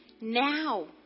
now